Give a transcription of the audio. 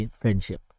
friendship